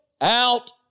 out